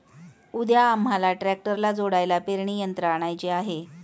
उद्या आम्हाला ट्रॅक्टरला जोडायला पेरणी यंत्र आणायचे आहे